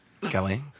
Kelly